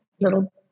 little